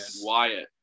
Wyatt